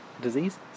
Disease